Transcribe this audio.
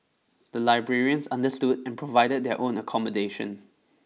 the librarians understood and provided their own accommodation